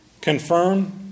confirm